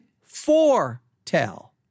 foretell